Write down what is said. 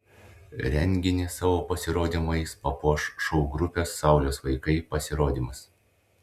renginį savo pasirodymais papuoš šou grupės saulės vaikai pasirodymas